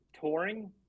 touring